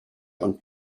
und